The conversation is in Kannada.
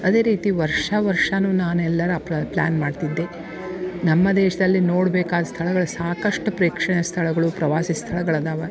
ಅದೇ ರೀತಿ ವರ್ಷ ವರ್ಷನು ನಾನು ಎಲ್ಲರ ಪ್ಲ್ಯಾನ್ ಮಾಡ್ತಿದ್ದೆ ನಮ್ಮ ದೇಶದಲ್ಲಿ ನೋಡಬೇಕಾದ ಸ್ಥಳಗಳ ಸಾಕಷ್ಟು ಪ್ರೇಕ್ಷಣೀಯ ಸ್ಥಳಗಳು ಪ್ರವಾಸಿ ಸ್ಥಳಗಳು ಅದಾವ